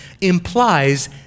implies